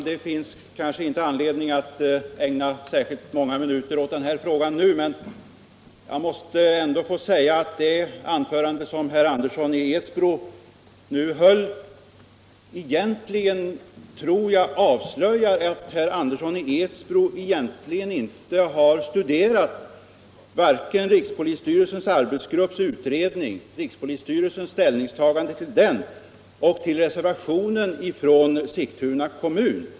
Herr talman! Det finns inte anledning att nu ägna särskilt många minuter åt denna fråga. Men jag måste få säga att det anförande som herr har studerat vare sig rikspolisstyrelsens arbetsgrupps utredning eller riks Onsdagen den tuna kommun.